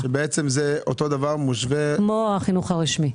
זה כמו החינוך הרשמי.